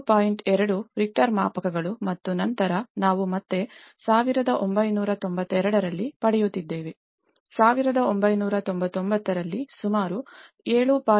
2 Richter ಮಾಪಕಗಳು ಮತ್ತು ನಂತರ ನಾವು ಮತ್ತೆ 1992 ರಲ್ಲಿ ಪಡೆಯುತ್ತಿದ್ದೇವೆ 1999 ರಲ್ಲಿ ಸುಮಾರು 7